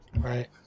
Right